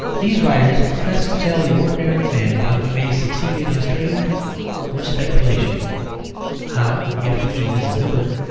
these writers profess to tell the ordinary man how he may succeed in his trade or speculation how, if he is a builder,